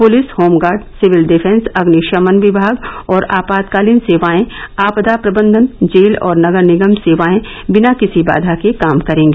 police home guard civil defence अग्निशमन विभाग और आपातकालीन सेवाएं आपदा प्रबंधन जेल और नगर निगम सेवाएं बिना किसी बाघा के काम करेंगी